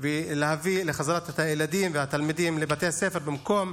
ולהביא לחזרת הילדים והתלמידים לבתי הספר, במקום